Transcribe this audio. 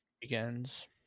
begins